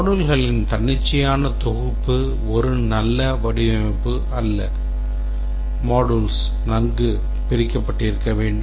moduleகளின் தன்னிச்சையான தொகுப்பு ஒரு நல்ல வடிவமைப்பு அல்ல modules நன்கு பிரிக்கப்பட்டிருக்க வேண்டும்